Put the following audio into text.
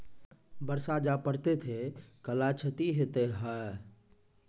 बरसा जा पढ़ते थे कला क्षति हेतै है?